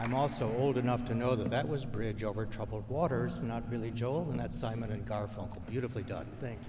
and also old enough to know that was bridge over troubled waters not really joel and that simon and garfunkel beautifully done things